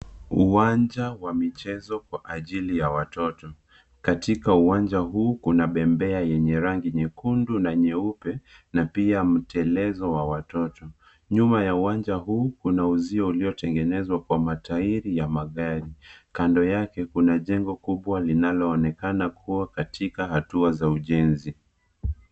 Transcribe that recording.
Uwanja wa michezo kwa ajili ya watoto. Katika uwanja huu, kuna bembea yenye rangi nyekundu na nyeupe na pia mtelezo wa watoto. Nyuma ya uwanja huu, kuna uzio uliotengenezwa kwa matairi ya magari. Kando yake kuna jengo kubwa linaloonekana kuwa katika hatua za ujenzi.